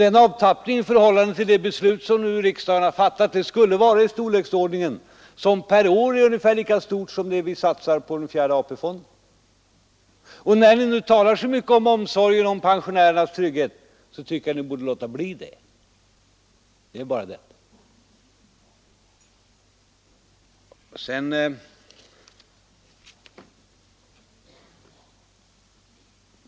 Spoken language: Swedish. Den avtappningen skulle per år uppgå till lika mycket som vi satsar på den fjärde AP-fonden. Ni talar så mycket om omsorgen om pensionärernas trygghet, men det tycker jag att ni skulle låta bli.